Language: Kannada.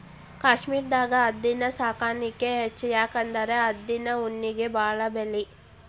ಕಾಶ್ಮೇರದಾಗ ಆಡಿನ ಸಾಕಾಣಿಕೆ ಹೆಚ್ಚ ಯಾಕಂದ್ರ ಆಡಿನ ಉಣ್ಣಿಗೆ ಬಾಳ ಬೆಲಿ